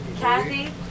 Kathy